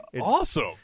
awesome